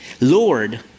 Lord